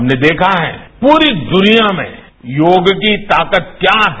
हमने देखा है पूरी दुनिया में योग की ताकत क्या है